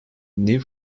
new